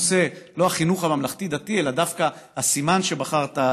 לא הנושא של החינוך הממלכתי-דתי אלא דווקא הסימן שבחרת,